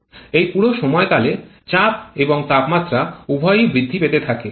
এই পুরো সময়কালে চাপ এবং তাপমাত্রা উভয়ই বৃদ্ধি পেতে থাকে